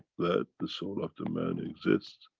the the soul of the man exist?